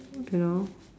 you know